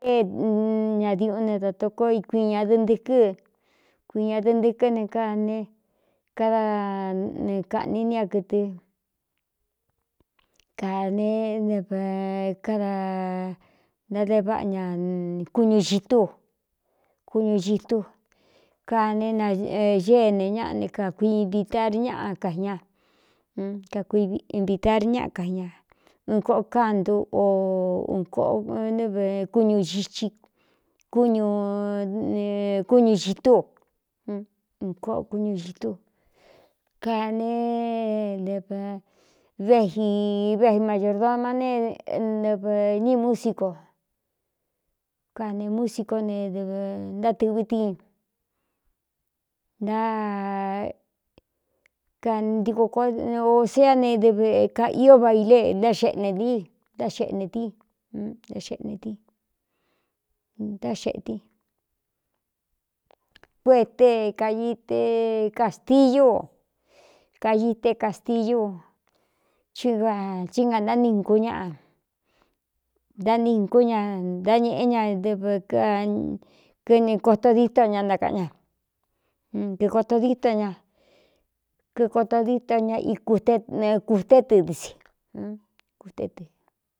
Nādiuꞌun ne datoko i kuiꞌin ñā dɨɨ ntɨkɨ́ kuiin ña dɨɨ ntɨkɨ́ ne kane kádanɨɨkaꞌni nia kɨtɨ kāne dev kada ntáde váꞌa ña kuñutúkuñuitú kané nagéne ñaꞌa ne kakuivitar ñaꞌa ka ña kakuivitar ñaꞌa ka ña un kōꞌo cándu o u kꞌonɨvkuñu ii ñkúñuitú un koꞌo kuñu xitú kane ev véi vei mayordoma ne ɨv ní músico kane musicó ne dɨv ntátɨ̄vi tin náantiko ko ō séa ne dɨve ka io baile ná xeꞌne ii ntá xeꞌne i ná xeꞌne ti ntá xeꞌetɨ kute kaite kāstilu kaiíte castillu chuvathí ngā ntánin ku ñaꞌa ntáninkú ña ntáñēꞌe ña dɨv kɨne koto díto ña ntákaꞌan ña kikoto díto ña kikoto díto ña ieɨ kūté tɨ si kuté tɨ.